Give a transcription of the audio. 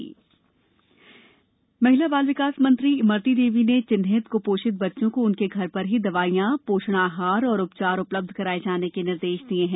कुपोषित बच्चे महिला बाल विकास मंत्री इमरती देवी ने चिन्हित कुपोषित बच्चों को उनके घर पर ही दवाईयां पोषण आहार और उपचार उपलब्ध कराए जाने के निर्देश दिये हैं